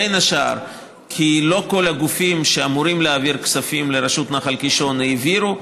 בין השאר כי לא כל הגופים שאמורים להעביר כספים לרשות נחל קישון העבירו.